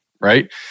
Right